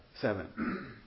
Seven